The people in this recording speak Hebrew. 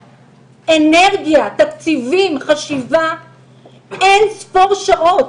אנרגיה, תקציבים, חשיבה אין-ספור שעות,